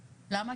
למה,